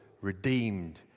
redeemed